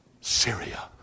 Syria